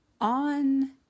on